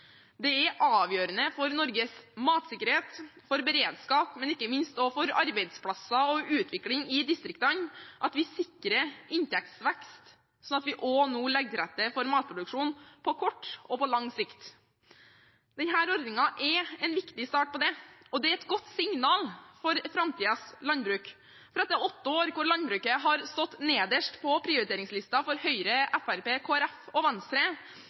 Det er avgjørende for Norges matsikkerhet, for beredskap og ikke minst for arbeidsplasser og utvikling i distriktene at vi sikrer inntektsvekst, sånn at vi også nå legger til rette for matproduksjonen på kort og lang sikt. Denne ordningen er en viktig start på det, og det er et godt signal for framtidens landbruk, for etter åtte år hvor landbruket har stått nederst på prioriteringslisten for Høyre, Fremskrittspartiet, Kristelig Folkeparti og Venstre,